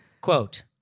Quote